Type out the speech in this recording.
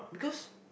because